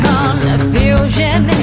Confusion